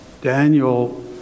Daniel